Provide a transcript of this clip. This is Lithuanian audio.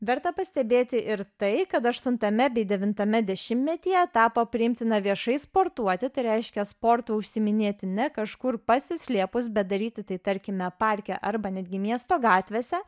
verta pastebėti ir tai kad aštuntame bei devintame dešimtmetyje tapo priimtina viešai sportuoti tai reiškia sportu užsiiminėti ne kažkur pasislėpus bet daryti tai tarkime parke arba netgi miesto gatvėse